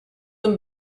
them